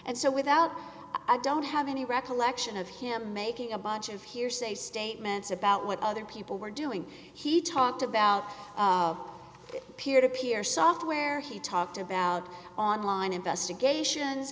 and so without i don't have any recollection of him making a bunch of hearsay statements about what other people were doing he talked about peer to peer software he talked about online investigations